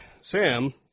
Sam